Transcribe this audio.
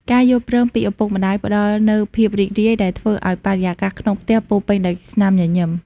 ការយល់ព្រមពីឪពុកម្ដាយផ្ដល់នូវភាពរីករាយ ដែលធ្វើឱ្យបរិយាកាសក្នុងផ្ទះពោរពេញដោយស្នាមញញឹម។